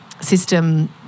system